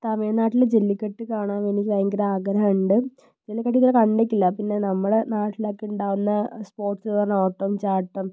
തമിഴ്നാട്ടിൽ ജെല്ലിക്കെട്ട് കാണാൻ എനിക്ക് ഭയങ്കര ആഗ്രഹമുണ്ട് ജെല്ലിക്കെട്ട് ഇതുവരെ കണ്ടിട്ടില്ല പിന്നെ നമ്മളെ നാട്ടിലൊക്കെ ഉണ്ടാവുന്ന സ്പോർട്സ് എന്നു പറഞ്ഞാൽ ഓട്ടം ചാട്ടം